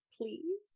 Please